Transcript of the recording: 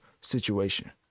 situation